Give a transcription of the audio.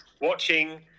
watching